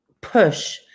push